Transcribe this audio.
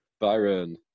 Byron